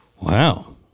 Wow